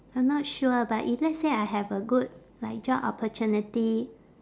I'm not sure but if let's say I have a good like job opportunity